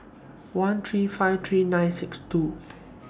one three five three nine six two